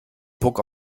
puck